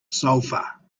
sulfur